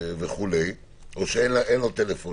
או שאין לו טלפון